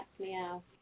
meow